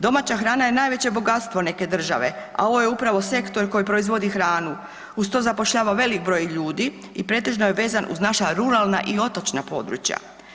Domaća hrana je najveće bogatstvo neke države, a ovo je upravo sektor koji proizvodi hranu, uz to zapošljava velik broj ljudi i pretežno je vezan uz naša ruralna i otočna područja.